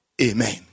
Amen